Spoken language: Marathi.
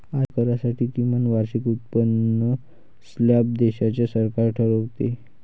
आयकरासाठी किमान वार्षिक उत्पन्न स्लॅब देशाचे सरकार ठरवते